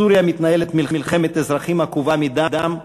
בסוריה מתנהלת מלחמת אזרחים עקובה מדם,